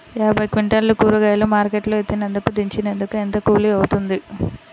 యాభై క్వింటాలు కూరగాయలు మార్కెట్ లో ఎత్తినందుకు, దించినందుకు ఏంత కూలి అవుతుంది?